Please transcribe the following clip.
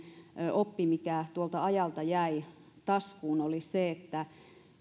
oppi mikä tuolta ajalta jäi taskuun oli se että